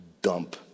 dump